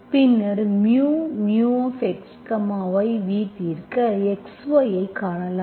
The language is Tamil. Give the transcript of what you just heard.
பின்னர் μxy v தீர்க்க x yஐ காணலாம்